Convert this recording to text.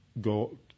go